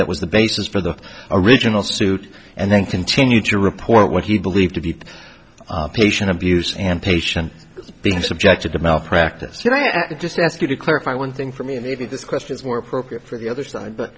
that was the basis for the original suit and then continued to report what he believed to be patient abuse and patient being subjected to malpractise and i could just ask you to clarify one thing for me and maybe this question is more appropriate for the other side but